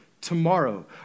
tomorrow